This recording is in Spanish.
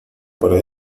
para